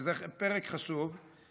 וזה פרק חשוב,